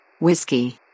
Whiskey